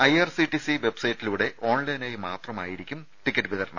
IRCTC വെബ്സൈറ്റിലൂടെ ഓൺലൈനായി മാത്രമായിരിക്കും ടിക്കറ്റ് വിതരണം